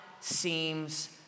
seems